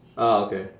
ah okay